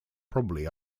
probably